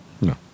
No